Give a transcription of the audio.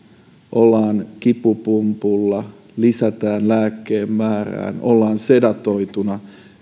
ollaan kipupumpulla lisätään lääkkeen määrää ollaan sedatoituna